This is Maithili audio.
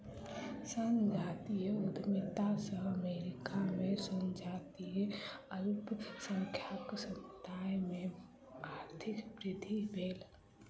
संजातीय उद्यमिता सॅ अमेरिका में संजातीय अल्पसंख्यक समुदाय में आर्थिक वृद्धि भेल